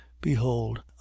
BEHOLD